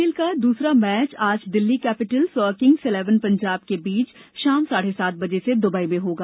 IPL का दूसरा match आज दिल्ली कैपिटल्स और किंग्स इलेवन पंजाब के बीच शाम साढ़े सात बजे से दुबई में होगा